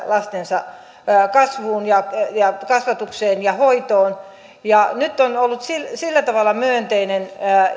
lastensa kasvuun ja ja kasvatukseen ja hoitoon nyt on ollut sillä sillä tavalla myönteinen